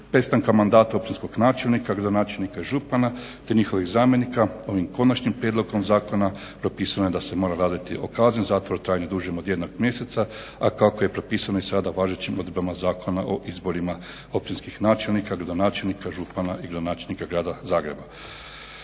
prestanka mandata općinskog načelnika, gradonačelnika i župana te njihovih zamjenika ovim konačnim prijedlogom zakona propisano je da se mora raditi o kazni zatvora u trajanju dužem od jedno mjeseca a kako je propisano sada važećim odredbama zakona o izborima općinskih načelnika, gradonačelnika, župana, i gradonačelnika grada Zagreba,